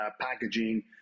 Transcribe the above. packaging